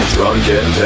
Drunken